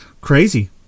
crazy